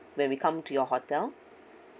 when we come to your hotel